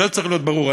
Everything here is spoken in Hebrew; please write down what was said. זה צריך להיות ברור.